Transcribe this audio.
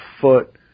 foot